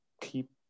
keep